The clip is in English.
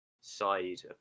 side